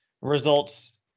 results